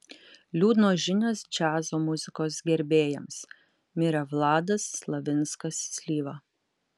liūdnos žinios džiazo muzikos gerbėjams mirė vladas slavinskas slyva